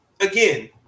again